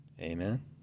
Amen